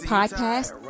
Podcast